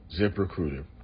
ZipRecruiter